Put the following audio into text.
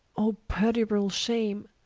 o perdurable shame,